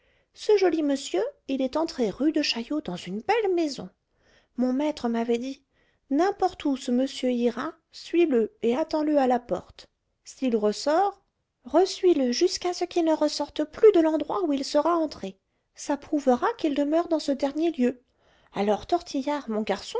ce joli monsieur il est entré rue de chaillot dans une belle maison mon maître m'avait dit n'importe où ce monsieur ira suis le et attends-le